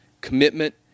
Commitment